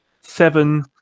Seven